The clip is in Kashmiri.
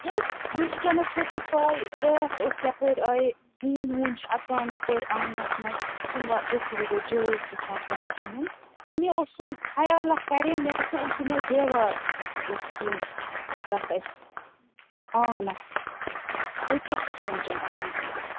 یہِ حٲز وٕنکیٚنس چھِو تۄہہِ پاےٛ راتھ اوس یَپٲر آیے ہونۍ ووٗنۍ چھِ اژان یپٲر آنگنس منز یہِ چھُنہ دۄہ کھۄ دۄہ جایز تہِ سپدان کِہینۍ وۄنۍ اوسم خیال اکھ کَریٚم مے باسان أسۍ دِمو دیٚوار اوس دُینۍ یَتھ اَسہِ آنٛگنٛس تُہۍ کیاہ چھِو سونٛچان اَتھ مُتعلِق